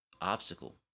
obstacle